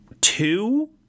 two